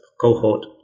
cohort